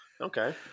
okay